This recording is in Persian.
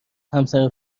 همسر